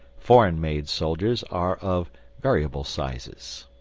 foreign-made soldiers are of variable sizes.